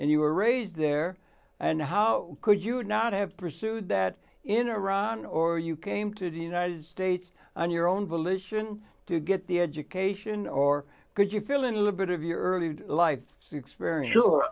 and you were raised there and how could you would not have pursued that in iran or you came to the united states on your own volition to get the education or could you fill in a little bit of your early life experience